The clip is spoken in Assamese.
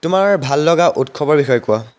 তোমাৰ ভাল লগা উৎসৱৰ বিষয়ে কোৱা